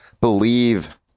Believe